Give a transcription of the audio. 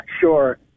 sure